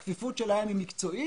הכפיפות שלהם היא מקצועית,